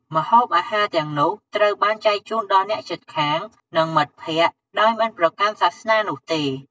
ម្ហូបអាហារទាំងនោះត្រូវបានចែកជូនដល់ អ្នកជិតខាង និងមិត្តភក្តិ ដោយមិនប្រកាន់សាសនានោះទេ។